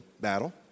battle